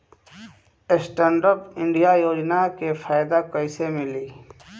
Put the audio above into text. Stand up India योजना के फायदा कैसे मिली?